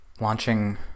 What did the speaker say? launching